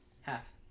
Half